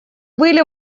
были